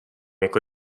jako